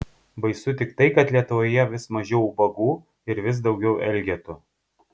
baisu tik tai kad lietuvoje vis mažiau ubagų ir vis daugiau elgetų